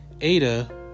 Ada